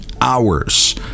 hours